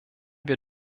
wir